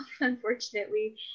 unfortunately